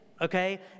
okay